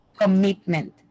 commitment